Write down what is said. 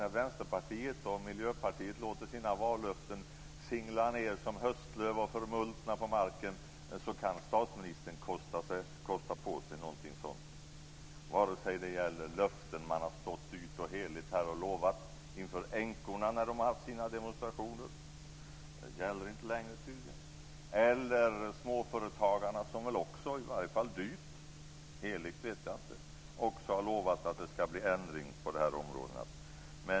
När Vänsterpartiet och Miljöpartiet låter sina vallöften singla ned som höstlöv och förmultna på marken kan statsministern kosta på sig något sådant, vare sig det gäller löften man lovat dyrt och heligt inför demonstrerande änkor - de gäller tydligen inte längre - eller småföretagarna som man dyrt - heligt vet jag inte - lovat ändringar på områdena.